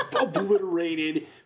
obliterated